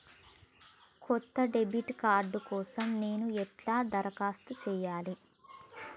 కొత్త debit card కోసం నేను ఎట్లా దరఖాస్తు చేయాలి?